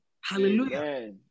Hallelujah